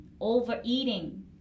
overeating